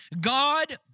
God